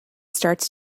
starts